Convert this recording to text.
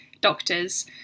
doctors